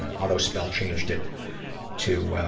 auto-spell changed it to